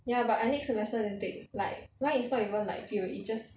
ya but I next semester then take like mine it's not even like theory it's just